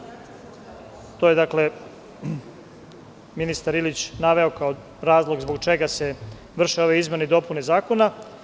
To je dakle ministar Ilić naveo kao razlog zbog čega se vrše ove izmene i dopune zakona.